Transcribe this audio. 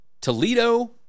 Toledo